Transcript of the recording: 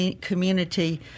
community